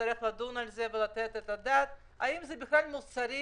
נצטרך לדון בזה ולתת את הדעת האם זה בכלל מוסרי.